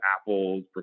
apples